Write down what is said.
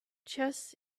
chess